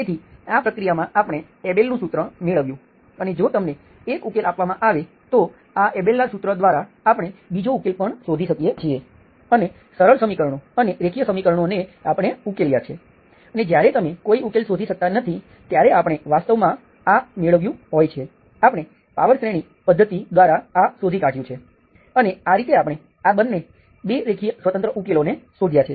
તેથી આ પ્રક્રિયામાં આપણે એબેલનું સૂત્ર Abel's Formula મેળવ્યું અને જો તમને એક ઉકેલ આપવામાં આવે તો આ એબેલના સૂત્ર દ્વારા આપણે બીજો ઉકેલ પણ શોધી શકીએ છીએ અને સરળ સમીકરણો અને રેખીય સમીકરણોને આપણે ઉકેલ્યાં છે અને જ્યારે તમે કોઈ ઉકેલ શોધી શકતા નથી ત્યારે આપણે વાસ્તવમાં આ મેળવ્યું હોય છે આપણે પાવર શ્રેણી પદ્ધતિ દ્વારા આ શોધી કાઢ્યું છે અને આ રીતે આપણે આ બંને 2 રેખીય સ્વતંત્ર ઉકેલોને શોધ્યા છે